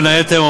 בין היתר,